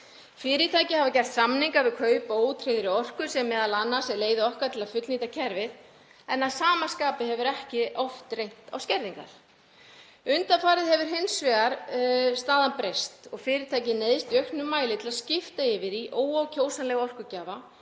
Fyrirtæki hafa gert samninga við kaup á ótryggðri orku sem m.a. er leið okkar til að fullnýta kerfið en að sama skapi hefur ekki oft reynt á skerðingar. Undanfarið hefur hins vegar staðan breyst og fyrirtæki neyðast í auknum mæli til að skipta yfir í óæskilega orkugjafa,